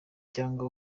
cyangwa